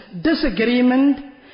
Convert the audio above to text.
disagreement